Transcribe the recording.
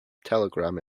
telegram